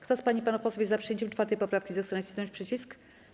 Kto z pań i panów posłów jest za przyjęciem 4. poprawki, zechce nacisnąć przycisk.